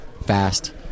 fast